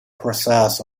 process